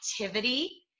activity